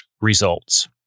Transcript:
results